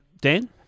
Dan